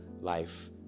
life